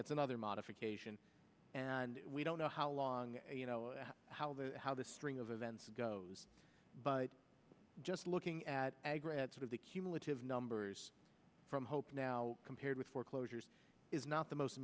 gets another modification and we don't know how long you know how the how the string of events but just looking at the cumulative numbers from hope now compared with foreclosures is not the most